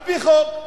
על-פי חוק.